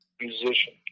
musician